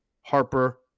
Harper